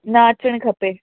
न अचणु खपे